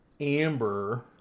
Amber